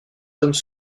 hommes